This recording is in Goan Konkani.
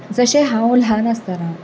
जशें हांव ल्हान आसतना